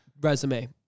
resume